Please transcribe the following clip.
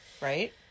Right